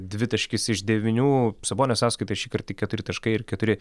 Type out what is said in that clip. dvitaškis iš devynių sabonio sąskaitoj šįkart tik keturi taškai ir keturi